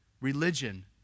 Religion